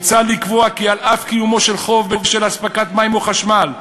מוצע לקבוע כי על אף קיומו של חוב בשל אספקת מים או חשמל,